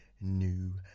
New